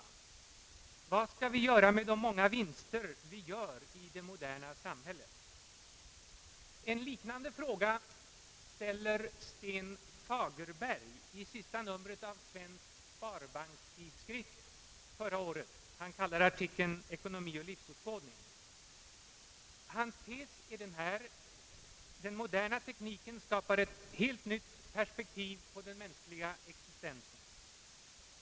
Vad skall vi göra med de många vinster vi gör i det moderna samhället? En liknande fråga ställer Sven Fagerberg i senaste numret av Svensk Sparbankstidskrift för år 1966 i sin artikel »Ekonomi och livsåskådning». Hans tes är denna: Den moderna tekniken skapar ett helt nytt perspektiv på den mänskliga existensen.